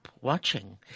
Watching